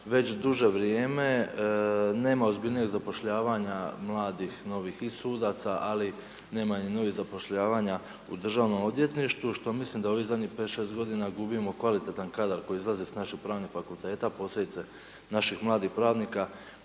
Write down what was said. već duže vrijeme nema ozbiljnijeg zapošljavanja mladih novih i sudaca, ali nema ni novih zapošljavanja u državnom odvjetništvu, što mislim da ovih zadnjih 5, 6 godina gubimo kvalitetan kadar koji izlazi s naših pravnih fakulteta, posebice naših mladih pravnika